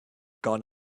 gone